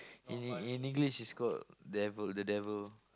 in in in English it's called devil the devil